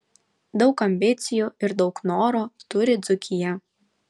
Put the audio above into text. daug ambicijų ir daug noro turi dzūkija